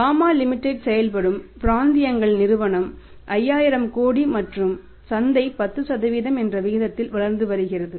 gamma Limited செயல்படும் பிராந்தியங்களின் நிறுவனம் 5000 கோடி மற்றும் சந்தை 10 என்ற விகிதத்தில் வளர்ந்து வருகிறது